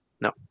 No